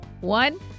one